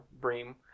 Bream